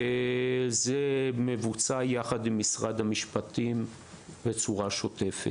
זה מבוצע יחד עם משרד המשפטים בצורה שוטפת.